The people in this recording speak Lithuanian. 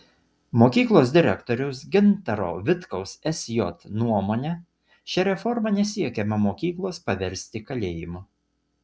mokyklos direktoriaus gintaro vitkaus sj nuomone šia reforma nesiekiama mokyklos paversti kalėjimu